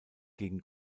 gegen